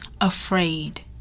afraid